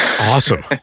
awesome